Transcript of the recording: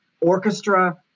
orchestra